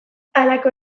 halako